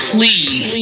Please